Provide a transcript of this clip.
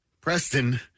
Preston